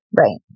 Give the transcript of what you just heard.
right